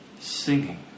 Singing